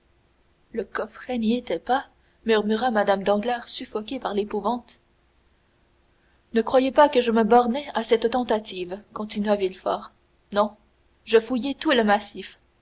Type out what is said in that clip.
le coffret n'y était pas murmura mme danglars suffoquée par l'épouvante ne croyez pas que je me bornai à cette tentative continua villefort non je fouillai tout le massif